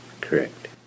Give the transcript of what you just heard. Correct